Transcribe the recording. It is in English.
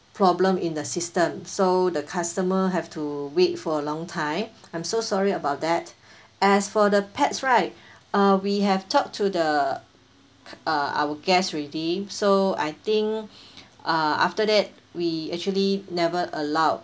problem in the system so the customer have to wait for a long time I'm so sorry about that as for the pets right uh we have talked to the uh our guest already so I think uh after that we actually never allowed